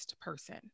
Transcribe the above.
person